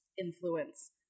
influence